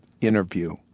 interview